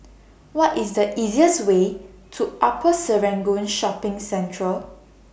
What IS The easiest Way to Upper Serangoon Shopping Centre